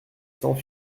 cents